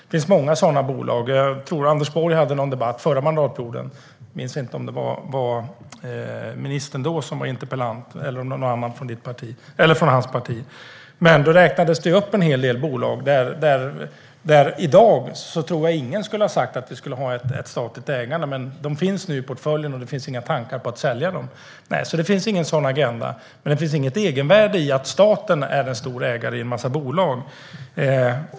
Det finns många sådana bolag. Jag tror att Anders Borg hade en debatt förra mandatperioden. Jag minns inte om det var nuvarande näringsministern som var interpellant då eller om det var någon annan från hans parti. Då räknades det upp en hel del bolag där nog ingen i dag skulle säga att vi skulle ha ett statligt ägande. Men de finns nu i portföljen, och det finns inga tankar på att sälja dem. Det finns alltså ingen sådan agenda, men det finns inget egenvärde i att staten är en stor ägare i en massa bolag.